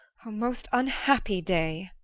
o most unhappy day!